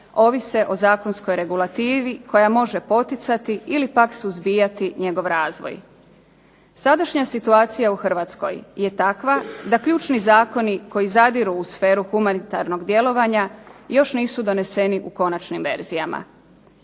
ovise o zakonskoj regulativi koja može poticati ili pak suzbijati njegov razvoj. Sadašnja situacija u Hrvatskoj je takva da ključni zakoni koji zadiru u sferu humanitarnog djelovanja još nisu doneseni u konačnim verzijama.